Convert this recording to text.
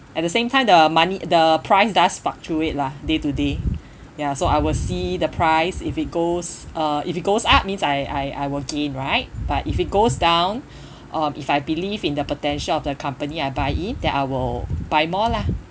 at the same time the money the price does fluctuate lah day to day ya so I will see the price if it goes uh if it goes up means I I I will gain right but if it goes down um if I believe in the potential of the company I buy in then I will buy more lah